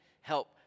help